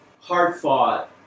hard-fought